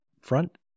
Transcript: front